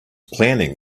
planning